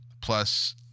Plus